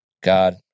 God